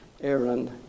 Aaron